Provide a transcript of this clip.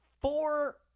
four